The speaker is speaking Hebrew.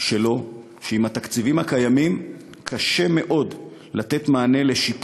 שלו שעם התקציבים הקיימים קשה מאוד לתת מענה לשם